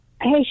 Hey